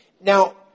Now